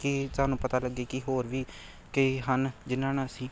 ਕਿ ਤੁਹਾਨੂੰ ਪਤਾ ਲੱਗੇ ਕਿ ਹੋਰ ਵੀ ਕਈ ਹਨ ਜਿਨਾਂ ਨਾਲ ਅਸੀਂ